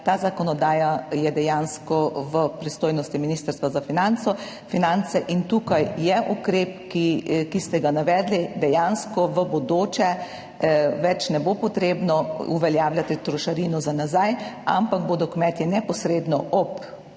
ta zakonodaja je dejansko v pristojnosti Ministrstva za finance in tukaj je ukrep, ki ste ga navedli, dejansko v bodoče ne bo več potrebno uveljavljati trošarine za nazaj, ampak bodo kmetje neposredno ob tem,